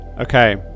Okay